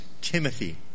Timothy